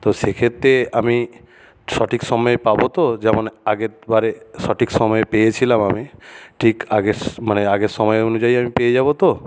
তো সেক্ষেত্রে আমি সঠিক সময়ে পাবো তো যেমন আগেরবারে সঠিক সময়ে পেয়েছিলাম আমি ঠিক আগের মানে আগের সময় অনুযায়ী আমি পেয়ে যাবো তো